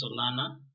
Solana